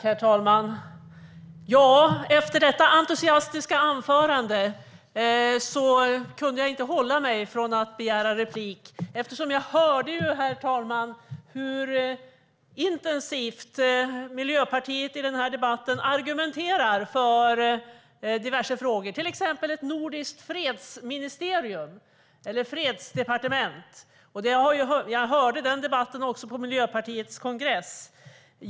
Herr talman! Efter detta entusiastiska anförande kunde jag inte hålla mig från att begära replik. Jag hörde, herr talman, hur intensivt Miljöpartiet i debatten argumenterade i diverse frågor, till exempel för ett nordiskt fredsministerium eller fredsdepartement. Jag hörde den debatten också på Miljöpartiets kongress.